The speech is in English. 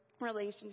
relationship